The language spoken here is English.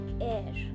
Air